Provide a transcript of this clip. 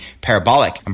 parabolic